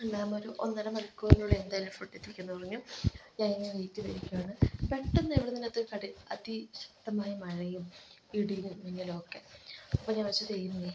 എല്ലാം ഒരു ഒന്നര മണിക്കൂറിനുള്ളിൽ എന്തായാലും ഫുഡെത്തിക്കാമെന്നു പറഞ്ഞു ഞാനിങ്ങനെ വെയിറ്റ് ചെയ്ത് ഇരിക്കുകയാണ് പെട്ടെന്ന് എവിടെനിന്നോ കടി അതിശക്തമായ മഴയും ഇടിയും മിന്നലൊക്കെ അപ്പോൾ ഞാൻ വിചാരിച്ചു ദൈവമേ